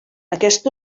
aquest